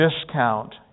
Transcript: discount